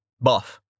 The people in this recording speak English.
Buff